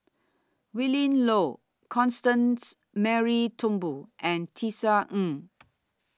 Willin Low Constance Mary Turnbull and Tisa Ng